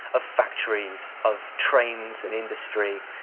of factories, of trains and industry,